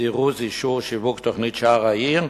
זירוז אישור שיווק תוכנית "שער העיר",